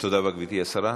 תודה רבה, גברתי השרה.